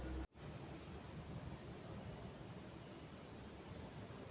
रबिया चाहे रवि फसल में बहुत ठंडी से की प्रभाव पड़ो है?